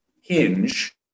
hinge